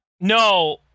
No